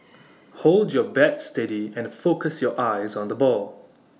hold your bat steady and focus your eyes on the ball